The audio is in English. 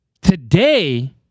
Today